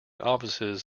offices